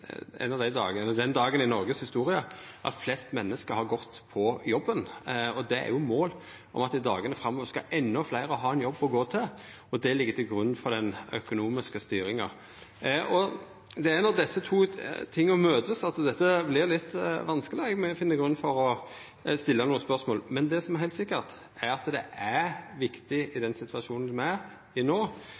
Noregs historie at flest menneske har gått på jobben. Det er jo eit mål at endå fleire skal ha ein jobb å gå til i dagane framover, og det ligg til grunn for den økonomiske styringa. Det er når desse to tinga møtest, at dette vert litt vanskeleg og eg finn grunn for å stilla nokre spørsmål. Men det som er heilt sikkert, er at det i den situasjonen me er i